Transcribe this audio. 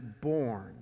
born